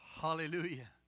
hallelujah